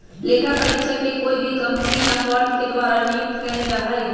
लेखा परीक्षक के कोई भी कम्पनी या फर्म के द्वारा नियुक्त कइल जा हई